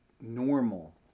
normal